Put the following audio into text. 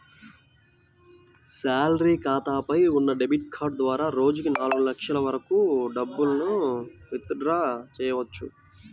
salary ఖాతాపై ఉన్న debit card ద్వారా రోజుకి నాలుగు లక్షల వరకు డబ్బులను విత్ డ్రా చెయ్యవచ్చు